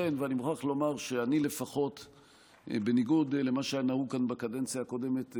אני מוכרח לומר שבניגוד למה שהיה נהוג כאן בקדנציה הקודמת,